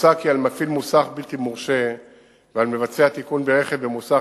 מוצע כי על מפעיל מוסך בלתי מורשה ועל מבצע תיקון ברכב במוסך